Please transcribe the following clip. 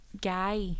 guy